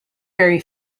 very